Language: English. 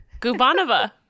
gubanova